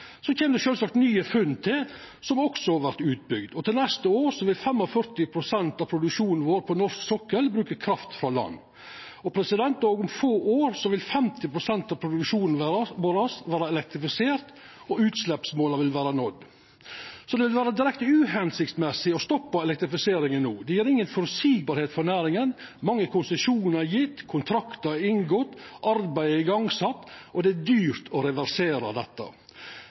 Så kjem det sjølvsagt nye funn til, som også vert utbygde. Til neste år vil 45 pst. av produksjonen på norsk sokkel bruka kraft frå land. Om få år vil 50 pst. av produksjonen vår vera elektrifisert, og utsleppsmåla vil vera nådde. Det vil difor vera direkte uhensiktsmessig å stoppa elektrifiseringa no. Det gjev inga føreseielegheit for næringa. Mange konsesjonar er gjevne, kontraktar er inngåtte, arbeid er sett i gang, og det er dyrt å reversera dette.